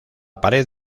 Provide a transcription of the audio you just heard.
pared